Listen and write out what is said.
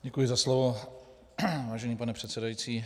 Děkuji za slovo, vážený pane předsedající.